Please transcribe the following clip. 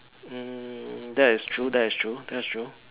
mm that is true that is true that's true